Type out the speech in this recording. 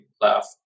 left